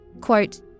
Quote